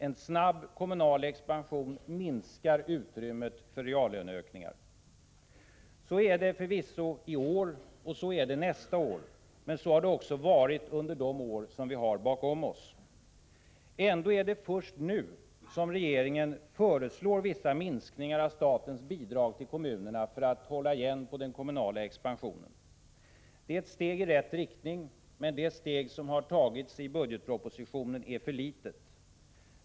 En snabb kommunal expansion minskar utrymmet för reallöneökningar. Så är det förvisso i år och blir det nästa år, men så har det också varit under de år som vi har bakom oss. Ändå är det först nu som regeringen föreslår vissa minskningar av statens bidrag till kommunerna för att hålla igen på den kommunala expansionen. Det är ett steg i rätt riktning, men det steg som har tagits i budgetpropositionen är för litet.